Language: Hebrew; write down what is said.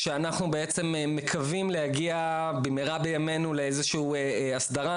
כשאנחנו בעצם מקווים להגיע במהרה בימנו לאיזו שהיא הסדרה.